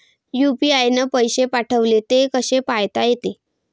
UPI न पैसे पाठवले, ते कसे पायता येते?